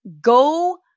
Go